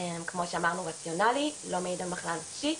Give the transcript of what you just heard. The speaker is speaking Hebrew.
כמו שאמרנו רציונלי, לא מעיד על מחלה נפשית.